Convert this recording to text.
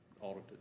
audited